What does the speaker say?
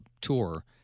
tour